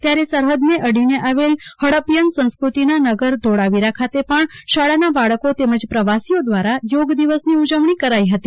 ત્યારે સરહદને અડીને આવેલા હડડપીય સંસ્ક્રતિના નગર ધોરાવીરા ખાતે પણ શાળાના બાળકો તેમજ પ્રવાસીઓ દવારા યોગ દિવસની ઉજવણી કરાઈ હતી